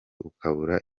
ukabura